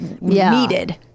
needed